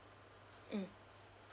mm